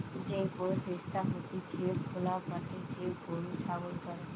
যেই প্রসেসটা হতিছে খোলা মাঠে যে গরু ছাগল চরে